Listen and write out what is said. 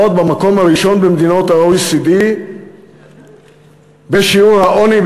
במקום הראשון במדינות ה-OECD בשיעור העוני.